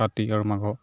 কাতি আৰু মাঘ